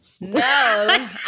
No